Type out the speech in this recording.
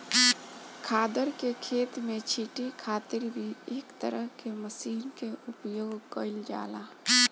खादर के खेत में छींटे खातिर भी एक तरह के मशीन के उपयोग कईल जाला